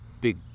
big